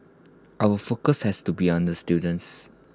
our focus has to be on the students